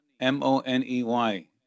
M-O-N-E-Y